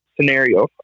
scenario